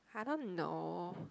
I don't know